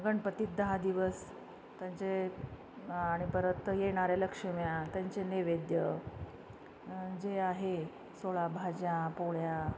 गणपतीत दहा दिवस त्यांचे आणि परत येणाऱ्या लक्ष्मी त्यांचे नैवेद्य जे आहे सोळा भाज्या पोळ्या